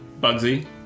Bugsy